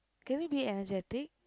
can we be energetic